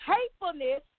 Hatefulness